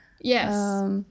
Yes